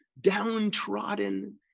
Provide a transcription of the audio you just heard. downtrodden